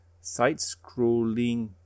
side-scrolling